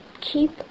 keep